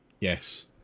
Yes